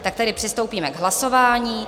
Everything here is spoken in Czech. Tak tedy přistoupíme k hlasování.